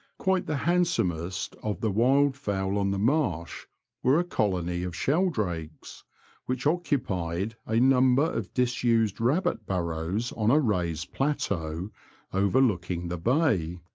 quite the handsomest of the wildfowl on the marsh were a colony of shel drakes which occupied a number of disused rabbit-burrows on a raised plateau overlooking the bay.